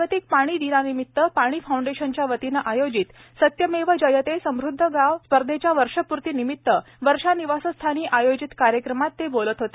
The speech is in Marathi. जागतिक पाणी दिनानिमित पाणी फौंडेशनच्या वतीनं आयोजित सत्यमेव जयते समृद्ध गाव स्पर्धेच्या स्पर्धेच्या वर्षपूर्तीनिमित वर्षा निवासस्थानी आयोजित कार्यक्रमात ते बोलत होते